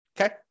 okay